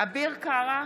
אביר קארה,